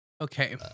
Okay